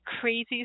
crazy